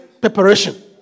preparation